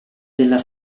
della